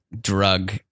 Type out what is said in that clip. drug